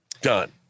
Done